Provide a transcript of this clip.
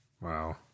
Wow